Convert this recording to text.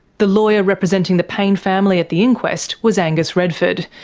the lawyer representing the payne family at the inquest was angus redford.